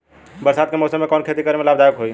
बरसात के मौसम में कवन खेती करे में लाभदायक होयी?